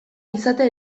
izatea